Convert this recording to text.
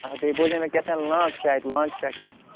آ بیٚیہِ بوزیے مےٚ کیٛاہتانۍ لانٛکھ چھِ اَتہِ لانٛکہِ پٮ۪ٹھٕ